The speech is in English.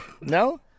No